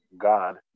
God